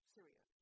Syria